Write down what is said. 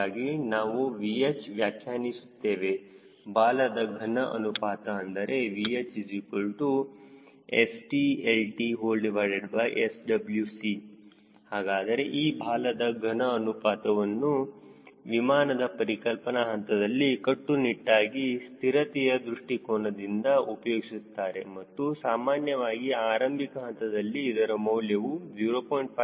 ಹೀಗಾಗಿ ನಾವು VH ವ್ಯಾಖ್ಯಾನಿಸುತ್ತೇವೆ ಬಾಲದ ಘನ ಅನುಪಾತ ಅಂದರೆ VHStltSwc ಹಾಗಾದರೆ ಈ ಬಾಲದ ಘನ ಅನುಪಾತವನ್ನುtail volume ratio ವಿಮಾನದ ಪರಿಕಲ್ಪನಾ ಹಂತದಲ್ಲಿ ಕಟ್ಟುನಿಟ್ಟಾಗಿ ಸ್ಥಿರತೆಯ ದೃಷ್ಟಿಕೋನದಿಂದ ಉಪಯೋಗಿಸುತ್ತಾರೆ ಮತ್ತು ಸಾಮಾನ್ಯವಾಗಿ ಆರಂಭಿಕ ಹಂತದಲ್ಲಿ ಇದರ ಮೌಲ್ಯವನ್ನು 0